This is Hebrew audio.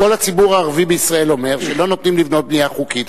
אז כל הציבור הערבי בישראל אומר שלא נותנים לבנות בנייה חוקית,